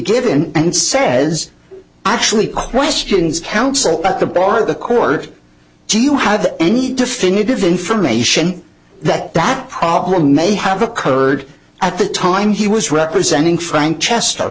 given and says actually questions counsel at the bar the court do you have any definitive information that that problem may have occurred at the time he was representing frank chest